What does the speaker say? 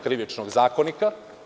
Krivičnog zakonika.